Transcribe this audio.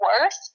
worse